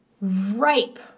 ripe